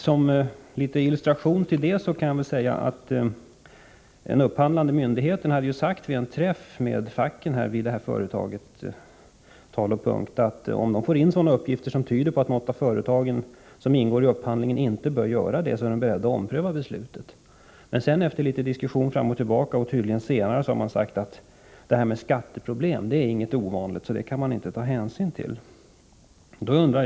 Som illustration kan jag säga att en representant för den upphandlande myndigheten vid en träff med facken vid Tal & Punkt hade sagt att man var beredd att ompröva beslutet, om det kom in uppgifter som tydde på att något av företagen som ingår i upphandlingsöverenskommelsen inte bör göra det. Efter diskussioner fram och tillbaka har man tydligen senare sagt att skatteproblem inte är något ovanligt och att man inte kan ta hänsyn till detta.